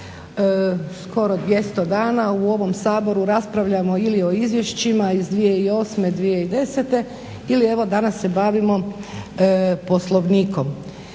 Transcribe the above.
skoro 200 dana u ovom Saboru raspravljamo ili o izvješćima iz 2008., 2010. ili evo danas se bavimo Poslovnikom.